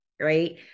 right